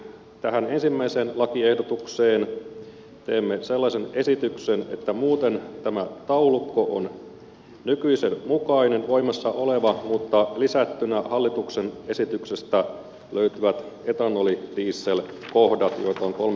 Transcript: tähän ensimmäiseen lakiehdotukseen teemme sellaisen esityksen että muuten tämä taulukko on nykyisen mukainen voimassa oleva mutta lisättynä hallituksen esityksestä löytyvät etanolidieselkohdat joita on kolme kappaletta